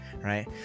right